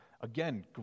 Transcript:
Again